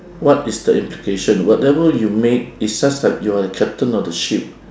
what is the implication whatever you make is such that you are the captain of the ship